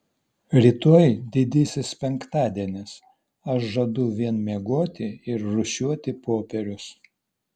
rytoj didysis penktadienis aš žadu vien miegoti ir rūšiuoti popierius